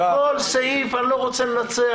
בכל סעיף אני לא רוצה לנצח.